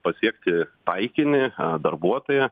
pasiekti taikinį darbuotoją